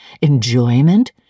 enjoyment—